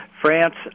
france